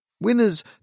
Winners